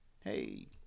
Hey